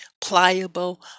pliable